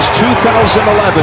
2011